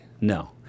No